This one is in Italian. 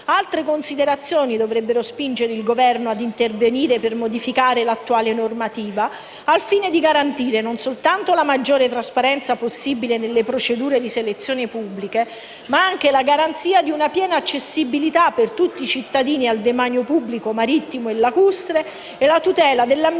altre considerazioni dovrebbero spingere il Governo ad intervenire per modificare la normativa vigente, al fine di garantire non soltanto la maggiore trasparenza possibile nelle procedure pubbliche di selezione, ma anche la garanzia di una piena accessibilità per tutti i cittadini al demanio pubblico marittimo e lacustre e la tutela dell'ambiente